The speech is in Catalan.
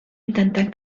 intentant